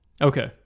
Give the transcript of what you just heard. Okay